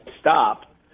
stop